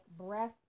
breath